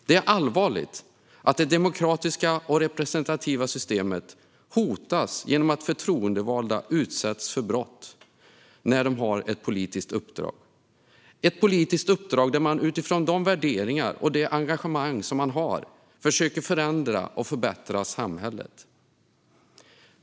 Det är allvarligt att det demokratiska och representativa systemet hotas genom att förtroendevalda utsätts för brott när de har ett politiskt uppdrag där de utifrån de värderingar och det engagemang som de har försöker att förändra och förbättra samhället.